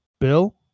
Bill